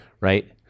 right